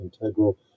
integral